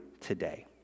today